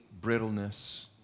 brittleness